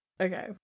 Okay